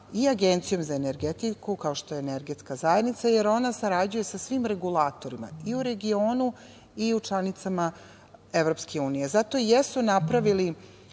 i Agencijom za energetiku, kao što je Energetska zajednica, jer ona sarađuje sa svim regulatorima i u regionu i u članicama Evropske unije. Zato i jesu napravili